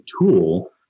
tool